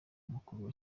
mukuru